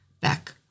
back